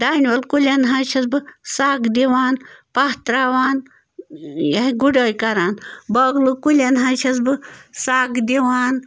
دانہِ وَل کُلٮ۪ن حظ چھَس بہٕ سَگ دِوان پاہ ترٛاوان یِہوٚے گُڈٲے کَران بٲگلہٕ کُلٮ۪ن حظ چھَس بہٕ سَگ دِوان